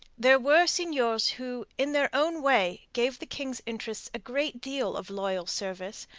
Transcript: there were seigneurs who, in their own way, gave the king's interests a great deal of loyal service,